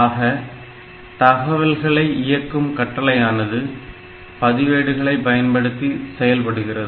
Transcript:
ஆக தகவல்களை இயக்கும் கட்டளையானது பதிவேடுகளை பயன்படுத்தி செயல்படுகிறது